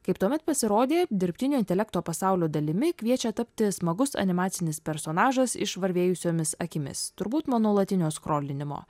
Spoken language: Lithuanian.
kaip tuomet pasirodė dirbtinio intelekto pasaulio dalimi kviečia tapti smagus animacinis personažas išvarvėjusiomis akimis turbūt nuo nuolatinio skrolinimo